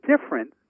different